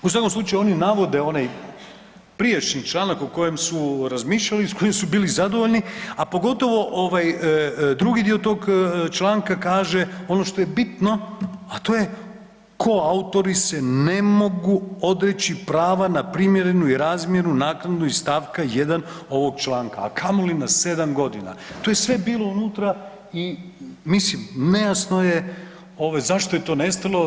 U svakom slučaju oni navode onaj prijašnji članak o kojem su razmišljali i s kojim su bili zadovoljni, a pogotovo ovaj drugi dio tog članka kaže ono što je bitno, a to je koautori se ne mogu odreći prava na primjerenu i razmjernu naknadu iz stavka 1. ovog članka, a kamoli na 7 godina, to je sve bilo unutra i mislim nejasno je ovaj zašto je to nestalo.